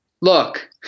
look